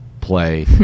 play